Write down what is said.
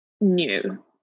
new